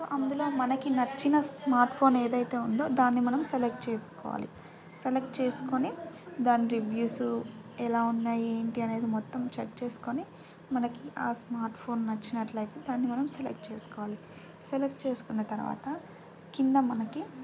so అందులో మనకి నచ్చిన స్మార్ట్ఫోన్ ఏదైతే ఉందో దాన్ని మనం సెలెక్ట్ చేసుకోవాలి సెలెక్ట్ చేసుకొని దాని రివ్యూస్ ఎలా ఉన్నాయి ఏమిటి అనేది మొత్తం చెక్ చేసుకొని మనకి ఆ స్మార్ట్ఫోన్ నచ్చినట్లయితే దాన్ని మనం సెలెక్ట్ చేసుకోవాలి సెలెక్ట్ చేసుకున్న తర్వాత కింద మనకి